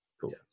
cool